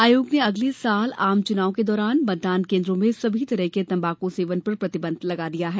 आयोग ने अगले साल आम चुनाव के दौरान मतदान केन्द्रो में सभी तरह के तम्बाकू सेवन पर प्रतिबंध लगा दिया है